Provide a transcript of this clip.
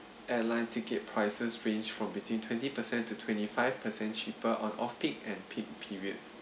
airline ticket prices range from between twenty percent to twenty five percent cheaper on off peak and peak period